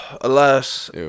Alas